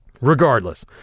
Regardless